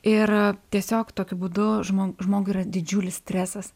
ir tiesiog tokiu būdu žmog žmogui yra didžiulis stresas